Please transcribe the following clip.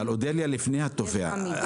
אבל לפני התובע.